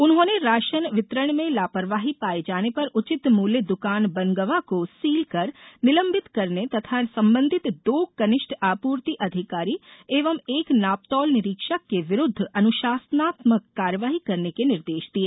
उन्होंने राशन वितरण में लापरवाही पाए जाने पर उचित मूल्य दुकान बनगवॉ को सील कर निलंबित करने तथा संबंधित दो कनिष्ठ आपूर्ति अधिकारी एवं एक नापतौल निरीक्षक के विरूद्ध अनुशासनात्मक कार्यवाही करने के निर्देष दिए